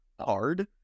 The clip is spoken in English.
Hard